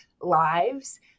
lives